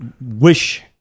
wish